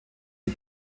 die